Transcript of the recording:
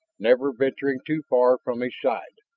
never venturing too far from his side.